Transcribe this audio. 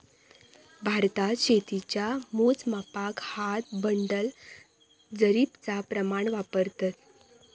भारतात शेतीच्या मोजमापाक हात, बंडल, जरीबचा प्रमाण वापरतत